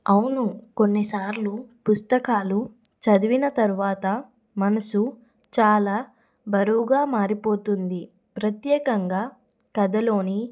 అవును కొన్ని సార్లు పుస్తకాలు చదివిన తరువాత మనసు చాలా బరువుగా మారిపోతుంది ప్రత్యేకంగా కథలోని